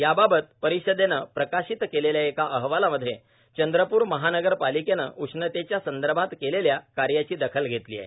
याबाबत परिषदेनं प्रकाशीत केलेल्या एका अहवालामध्ये चंद्रप्र महानगर पालिकेनं उष्णतेच्या संदर्भात केलेल्या कार्याची दखल घेतली आहे